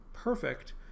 Perfect